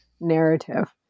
narrative